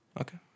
Okay